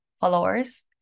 followers